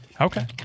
Okay